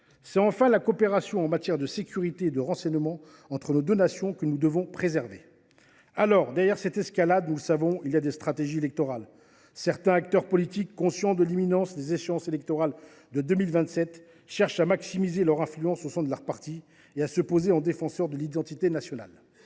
C’est enfin la coopération en matière de sécurité et de renseignement entre nos deux nations que nous devons préserver. Alors, derrière cette escalade, nous le savons, il y a des stratégies électorales. Certains acteurs politiques, conscients de l’imminence des échéances électorales de 2027, cherchent à maximiser leur influence au sein de leur parti et à se poser en défenseurs de l’identité nationale.